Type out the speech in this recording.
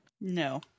No